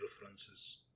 references